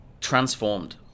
transformed